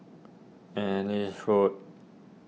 Ellis Road